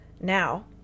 now